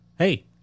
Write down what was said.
Hey